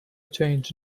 change